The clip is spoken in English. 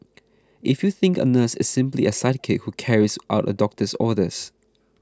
if you think a nurse is simply a sidekick who carries out a doctor's orders